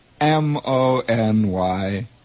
M-O-N-Y